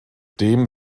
dem